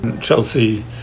Chelsea